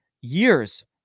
years